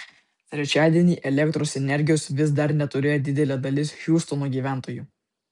trečiadienį elektros energijos vis dar neturėjo didelė dalis hiūstono gyventojų